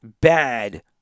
bad